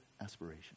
aspiration